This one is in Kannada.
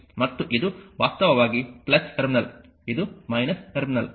ಮತ್ತು ಇದು ವಾಸ್ತವವಾಗಿ ಟರ್ಮಿನಲ್ ಇದು ಟರ್ಮಿನಲ್